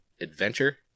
Adventure